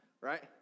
right